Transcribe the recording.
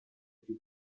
più